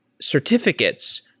certificates